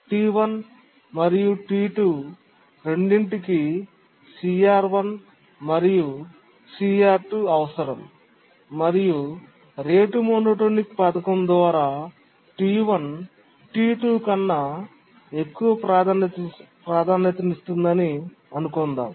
T1 మరియు T2 రెండింటికీ CR1 మరియు CR2 అవసరం మరియు రేటు మోనోటోనిక్ పథకం ద్వారా T1 T2 కన్నా ఎక్కువ ప్రాధాన్యతనిస్తుందని అనుకుందాం